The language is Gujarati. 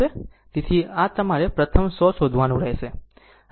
તેથી આ તમારે પ્રથમ 100 શોધવાનું રહેશે